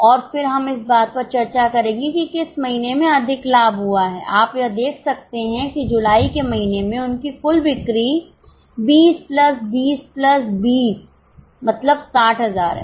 और फिर हम इस बात पर चर्चा करेंगे कि किस महीने में अधिक लाभ हुआ है आप यह देख सकते हैं कि जुलाई के महीने में उनकी कुल बिक्री 20 प्लस 20 प्लस 20 मतलब 60000 है